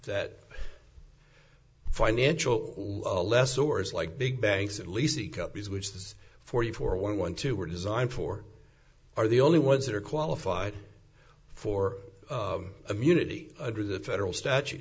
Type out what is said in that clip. that financial less or is like big banks at least the companies which is forty four one one two were designed for are the only ones that are qualified for immunity under the federal statute